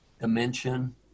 dimension